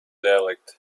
dialect